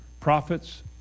Prophets